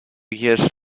years